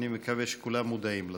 אני מקווה שכולם מודעים לזה.